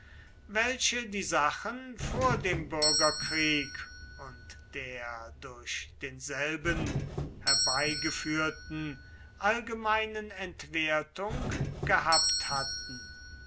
welchen die sachen vor dem bürgerkrieg und der durch denselben herbeigeführten allgemeinen entwertung gehabt hatten